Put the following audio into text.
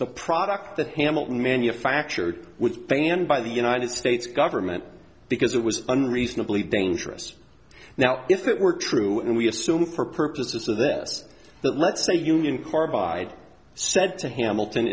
the product that hamilton manufactured with banned by the united states government because it was unreasonably dangerous now if it were true and we assume for purposes of this that let's say union carbide said to hamilton